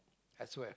I swear